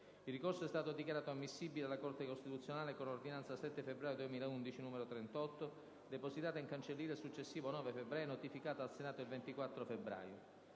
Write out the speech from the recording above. Il ricorso è stato dichiarato ammissibile dalla Corte costituzionale con ordinanza del 7 febbraio 2011, n. 38, depositata in cancelleria il successivo 9 febbraio e notificata al Senato il 24 febbraio